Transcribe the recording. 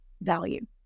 value